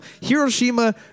Hiroshima